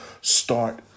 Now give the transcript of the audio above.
start